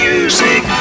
Music